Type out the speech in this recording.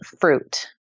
fruit